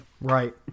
Right